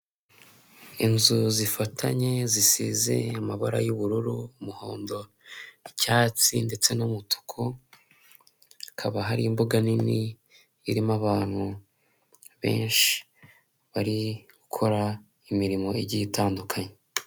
Inzu zifatanye zisize amabara y'ubururu umuhondo icyatsi ndetse n'umutuku hakaba hari ibuga nini irimo abantu benshi bari gukora imirimo igiye itandukanye.